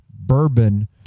bourbon